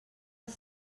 els